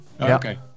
Okay